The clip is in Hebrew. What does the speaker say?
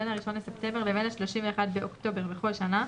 בין ה-1 בספטמבר לבין ה-31 באוקטובר בכל שנה,